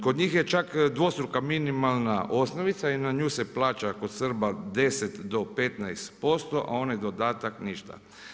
Kod njih je čak dvostruka minimalna osnovica i na nju se plaća kod Srba 10 do 15% a onaj dodatak ništa.